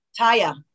Taya